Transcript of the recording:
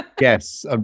Yes